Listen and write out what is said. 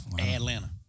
Atlanta